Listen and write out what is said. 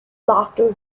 laughter